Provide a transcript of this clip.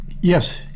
Yes